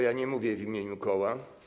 Ja nie mówię w imieniu koła.